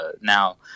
now